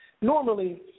normally